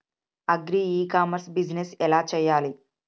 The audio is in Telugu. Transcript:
అగ్రి ఇ కామర్స్ బిజినెస్ ఎలా చెయ్యాలి?